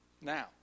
Now